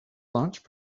launch